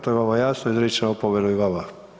To je vama jasno, izričem opomenu i vama.